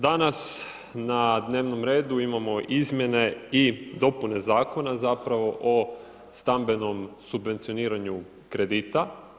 Danas na dnevnom redu imamo izmjene i dopune Zakona o stambenom subvencioniranju kredita.